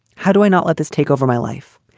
how do i not let this take over my life?